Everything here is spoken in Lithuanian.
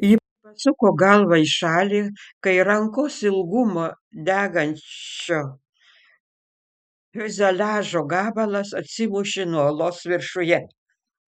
ji pasuko galvą į šalį kai rankos ilgumo degančio fiuzeliažo gabalas atsimušė nuo uolos viršuje